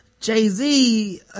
jay-z